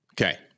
Okay